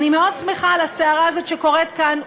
אני מאוד שמחה על הסערה הזאת שקורית כאן.